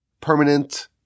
permanent